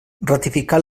ratificar